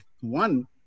one